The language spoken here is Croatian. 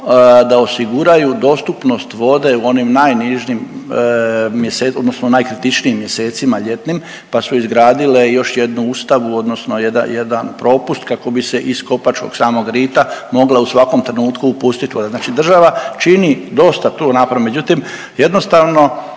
da osiguraju dostupnost vode u onim najnižim .../nerazumljivo/... odnosno najkritičnijim mjesecima ljetnim pa su izgradile još jednu ustavu odnosno jedan propust kako bi se iz kopačkog samog rita moglo u svakom trenutku upustiti .../Govornik se ne razumije./... znači država čini dosta tu napora, međutim, jednostavno